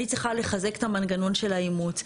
אני צריכה לחזק את המנגנון של האימוץ.